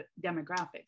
demographics